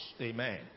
Amen